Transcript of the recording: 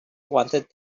wanted